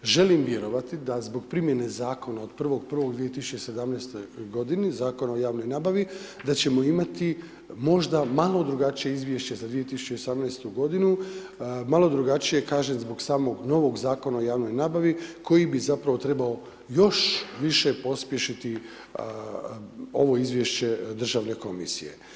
Želim vjerovati da zbog primjene zakona od 1.1.2017. g., Zakon o javnoj nabavi, da ćemo imati možda malo drugačije izvješće za 2018. g., malo drugačije kažem zbog samog novog Zakona o javnoj nabavi koji bi zapravo trebao još više pospješiti ovo izvješće Državne komisije.